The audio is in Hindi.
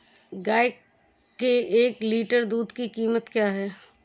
गाय के एक लीटर दूध की कीमत क्या है?